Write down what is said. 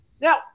Now